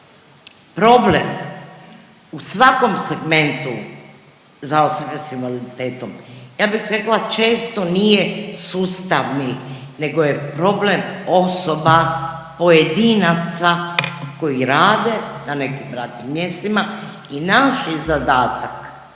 problem u svakom segmentu za osobe s invaliditetom ja bih rekla često nije sustavni, nego je problem osoba pojedinaca koji rade na nekim radnim mjestima i naš je zadatak,